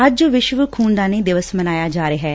ਅੱਜ ਵਿਸ਼ਵ ਖੁਨਦਾਨੀ ਦਿਵਸ ਮਨਾਇਆ ਜਾ ਰਿਹੈ